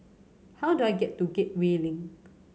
how do I get to Gateway Link